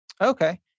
Okay